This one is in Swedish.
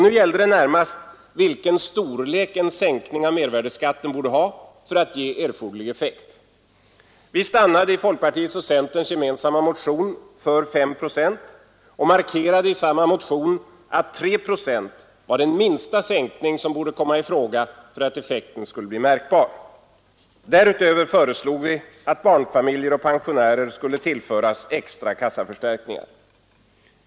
Nu gällde det närmast vilken storlek en sänkning av mervärdeskatten borde ha för att ge erforderlig effekt. Vi stannade i folkpartiets och centerns gemensamma motion för 5 procent och markerade i samma motion att 3 procent var den minsta sänkning som borde komma i fråga för att effekten skulle bli märkbar. Därutöver föreslog vi att barnfamiljer och pensionärer skulle tillföras extra kassaförstärkningar.